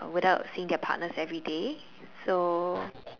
without seeing their partners everyday so